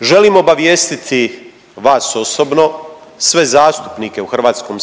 Želim obavijestiti vas osobno, sve zastupnike u HS-u,